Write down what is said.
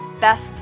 best